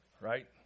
Right